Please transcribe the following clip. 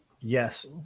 yes